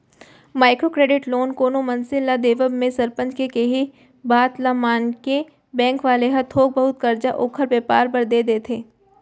micro credit loan कोनो मनसे ल देवब म सरपंच के केहे बात ल मानके बेंक वाले ह थोक बहुत करजा ओखर बेपार बर देय देथे